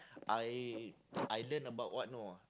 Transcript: I I learn about what know